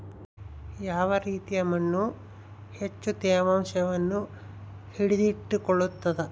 ಯಾವ ರೇತಿಯ ಮಣ್ಣು ಹೆಚ್ಚು ತೇವಾಂಶವನ್ನು ಹಿಡಿದಿಟ್ಟುಕೊಳ್ತದ?